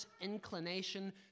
inclination